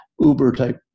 Uber-type